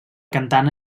cantant